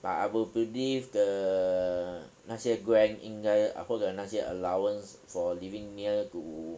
but I will believe the 那些 grant 应该 uh 或者那些 allowance for living near to